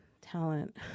talent